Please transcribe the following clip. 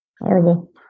Horrible